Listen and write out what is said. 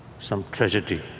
some tragedy,